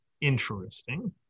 interesting